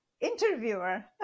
interviewer